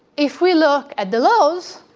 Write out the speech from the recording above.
if we look at the lows,